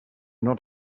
not